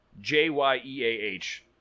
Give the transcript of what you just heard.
J-Y-E-A-H